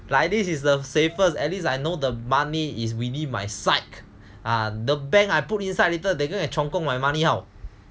like this is the safest at least I know the money is within my sight ah the bank I put inside later they go and 充公 my money how